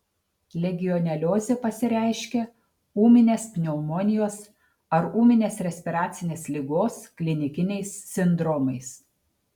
legioneliozė pasireiškia ūminės pneumonijos ar ūminės respiracinės ligos klinikiniais sindromais